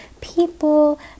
people